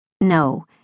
No